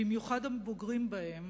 במיוחד הבוגרים בהם,